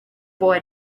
boy